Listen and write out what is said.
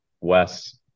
wes